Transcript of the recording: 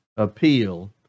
appeal